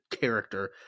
character